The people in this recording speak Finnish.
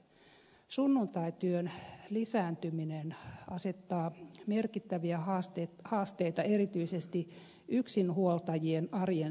sunnuntaityön lisääntyminen asettaa merkittäviä haasteita erityisesti yksinhuoltajien arjen sujumiselle